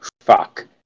fuck